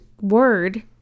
word